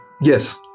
Yes